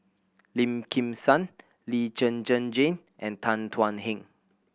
Lim Kim San Lee Zhen Zhen Jane and Tan Thuan Heng